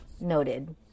noted